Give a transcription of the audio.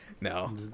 No